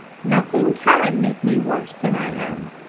nothing can make me worse than i am.